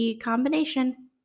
combination